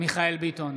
מיכאל מרדכי ביטון,